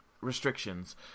restrictions